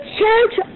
church